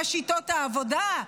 מה שיטות העבודה,